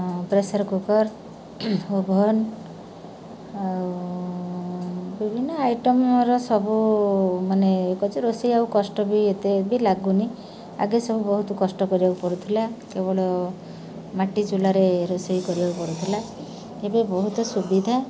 pressure cooker oven ଆଉ ବିଭିନ୍ନ ଆଇଟମ୍ର ସବୁ ମାନେ କରୁଛି ରୋଷେଇ ଆଉ କଷ୍ଟ ବି ଏତେ ବି ଲାଗୁନି ଆଗେ ସବୁ ବହୁତ କଷ୍ଟ କରିବାକୁ ପଡ଼ୁଥିଲା କେବଳ ମାଟି ଚୁଲାରେ ରୋଷେଇ କରିବାକୁ ପଡ଼ୁଥିଲା ଏବେ ବହୁତ ସୁବିଧା